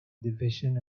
division